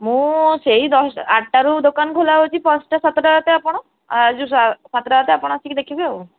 ମୁଁ ସେଇ ଦଶ ଆଠ୍ ଟାରୁ ଦୋକାନ ଖୋଲାହେଉଛି ପାଞ୍ଚଟା ସାତଟା ଆଠ୍ ଟା ଆପଣ ଆ ଯୋଉ ସାତଟା ଆଠ୍ ଟା ଆପଣ ଦେଖିବେ ଆଉ